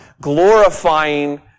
glorifying